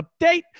update